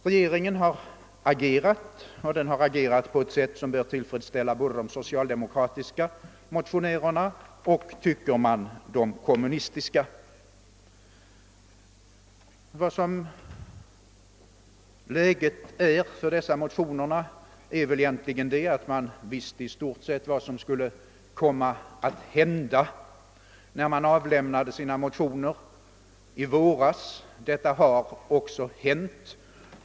Regeringen har agerat på ett sätt som bör tillfredsställa både de socialdemokratiska och, som man tycker, de kommunistiska motionärerna. Motionärerna visste väl i stort sett vad som skulle komma att hända när de i våras väckte sina motioner. Detta har också hänt.